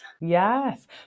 Yes